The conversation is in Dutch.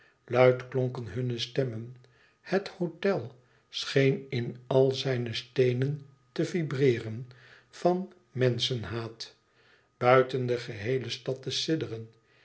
luid klonken hunne stemmen het hôtel scheen in al zijne steenen te vibreeren van menschenhaat buiten de geheele stad te sidderen